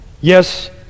Yes